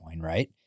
right